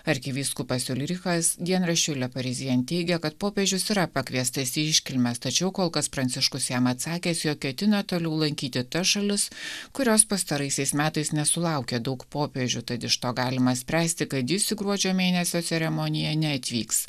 arkivyskupas ulrichas dienraščiui le parisien teigia kad popiežius yra pakviestas į iškilmes tačiau kol kas pranciškus jam atsakęs jog ketina toliau lankyti tas šalis kurios pastaraisiais metais nesulaukė daug popiežių tad iš to galima spręsti kad jis į gruodžio mėnesio ceremoniją neatvyks